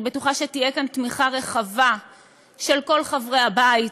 אני בטוחה שתהיה כאן תמיכה רחבה של כל חברי הבית.